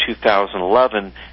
2011